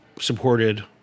supported